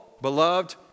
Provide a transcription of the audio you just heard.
beloved